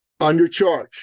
undercharge